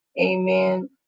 amen